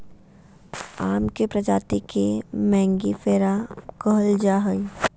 आम के प्रजाति के मेंगीफेरा कहल जाय हइ